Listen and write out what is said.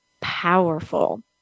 powerful